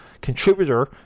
contributor